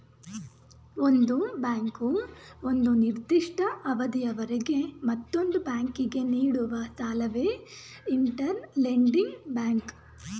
ಒಂದು ಬ್ಯಾಂಕು ಒಂದು ನಿರ್ದಿಷ್ಟ ಅವಧಿಯವರೆಗೆ ಮತ್ತೊಂದು ಬ್ಯಾಂಕಿಗೆ ನೀಡುವ ಸಾಲವೇ ಇಂಟರ್ ಲೆಂಡಿಂಗ್ ಬ್ಯಾಂಕ್